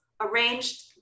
arranged